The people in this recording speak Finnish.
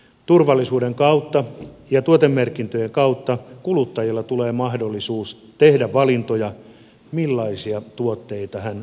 turvallisuuden ja tuotemerkintöjen kautta kuluttajille tulee mahdollisuus tehdä valintoja millaisia tuotteita hän suuhunsa laittaa